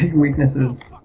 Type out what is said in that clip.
weaknesses.